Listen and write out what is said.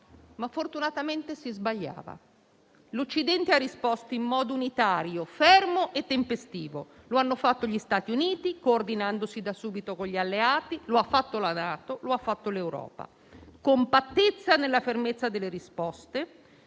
ma fortunatamente si sbagliava. L'Occidente ha risposto in modo unitario, fermo e tempestivo; lo hanno fatto gli Stati Uniti, coordinandosi da subito con gli alleati, lo ha fatto la NATO e lo ha fatto l'Europa. Vi è stata compattezza nella fermezza delle risposte,